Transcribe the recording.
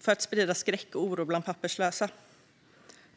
för att sprida skräck och oro bland papperslösa.